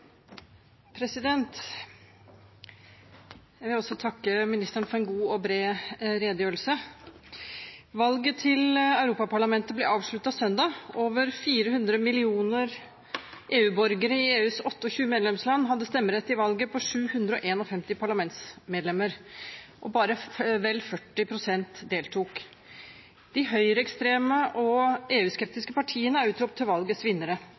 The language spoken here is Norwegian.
bred redegjørelse. Valget til Europaparlamentet ble avsluttet søndag. Over 400 millioner EU-borgere i EUs 28 medlemsland hadde stemmerett i valget på 751 parlamentsmedlemmer. Bare vel 40 pst. deltok. De høyreekstreme og EU-skeptiske partiene er utropt til